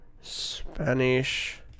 Spanish